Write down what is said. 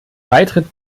beitritt